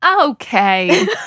Okay